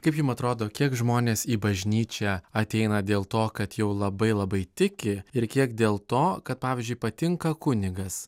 kaip jum atrodo kiek žmonės į bažnyčią ateina dėl to kad jau labai labai tiki ir kiek dėl to kad pavyzdžiui patinka kunigas